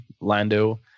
Lando